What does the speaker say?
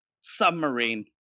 submarine